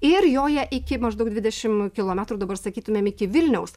ir joja iki maždaug dvidešimt kilometrų dabar sakytumėm iki vilniaus